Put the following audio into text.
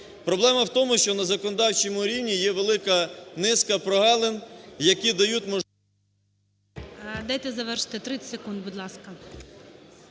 Проблема в тому, що на законодавчому рівні є велика низка прогалин, які дають можливість…